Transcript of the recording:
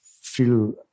feel